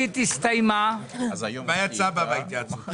שינוי אפילו הרבה יותר טוב,